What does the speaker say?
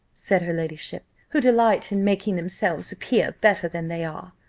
said her ladyship, who delight in making themselves appear better than they are.